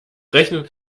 rechnen